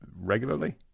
regularly